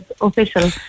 Official